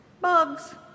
bugs